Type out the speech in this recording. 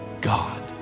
God